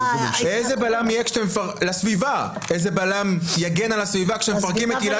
איזה בלם יגן על הסביבה כשמפרקים את עילת